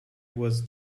was